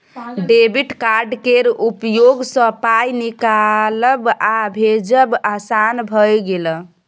debit card केर उपयोगसँ पाय निकालब आ भेजब आसान भए गेल